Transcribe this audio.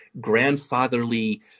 grandfatherly